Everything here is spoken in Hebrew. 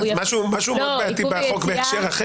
ואז גם מתבטל עיכוב היציאה?